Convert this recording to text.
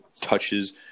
touches